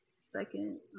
second